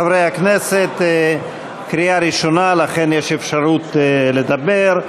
חברי הכנסת, קריאה ראשונה, לכן יש אפשרות לדבר.